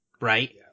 right